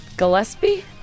Gillespie